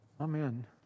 amen